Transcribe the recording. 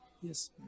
Yes